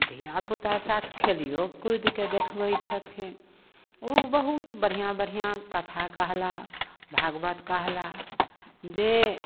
धियापुता साथ खेलिओ कुदि कऽ देखबै छथिन ओ बहुत बढ़िआँ बढ़िआँ कथा कहलाह भागवत कहलाह जे